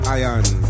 iron